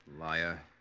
Liar